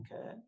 okay